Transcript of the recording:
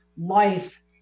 life